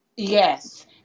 Yes